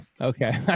Okay